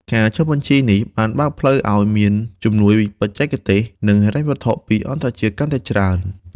ការចុះបញ្ជីនេះបានបើកផ្លូវឱ្យមានជំនួយបច្ចេកទេស និងហិរញ្ញវត្ថុពីអន្តរជាតិកាន់តែច្រើន។